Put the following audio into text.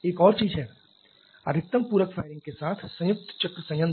एक और चीज है अधिकतम पूरक फायरिंग के साथ संयुक्त चक्र संयंत्र